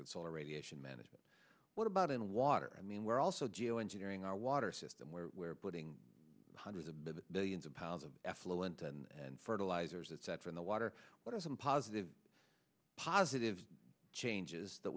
solar radiation management what about in water i mean we're also geoengineering our water system where we're putting hundreds of millions of pounds of effluent and fertilizers it's from the water what are some positive positive changes that